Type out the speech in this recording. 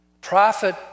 Prophet